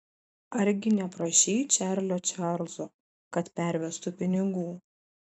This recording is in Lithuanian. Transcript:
argi neprašei čarlio čarlzo kad pervestų pinigų